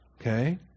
Okay